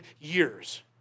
years